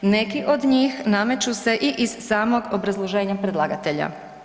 Neki od njih nameću se i iz samog obrazloženja predlagatelja.